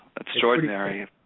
extraordinary